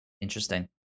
Interesting